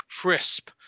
crisp